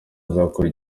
azakora